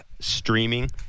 streaming